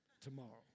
tomorrow